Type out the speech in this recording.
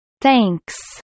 Thanks